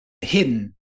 hidden